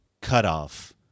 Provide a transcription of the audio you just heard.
cutoff